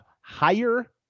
higher